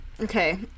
Okay